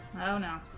oh no